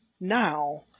now